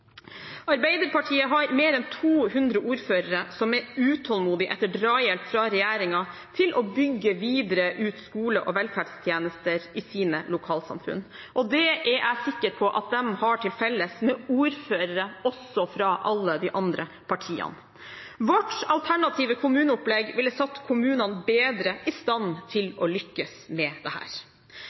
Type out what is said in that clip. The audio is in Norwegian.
Arbeiderpartiet har mer enn 200 ordførere som er utålmodige etter drahjelp fra regjeringen til å bygge videre ut skole og velferdstjenester i sine lokalsamfunn. Det er jeg sikker på at de har til felles med ordførere også fra alle de andre partiene. Vårt alternative kommuneopplegg ville satt kommunene bedre i stand til å lykkes med